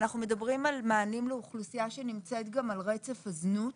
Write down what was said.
אנחנו מדברים על מענים לאוכלוסייה שנמצאת גם רצף הזנות,